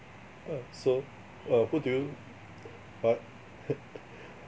err so err who do you what